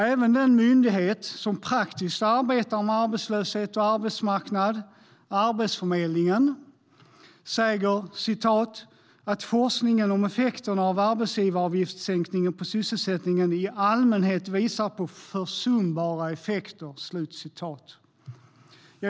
Även den myndighet som praktiskt arbetar med arbetslöshet och arbetsmarknad, Arbetsförmedlingen, säger "att forskningen om effekterna av arbetsgivaravgiftssänkningen på sysselsättningen i allmänhet visar på försumbara effekter".